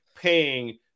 paying